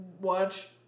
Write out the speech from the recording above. Watch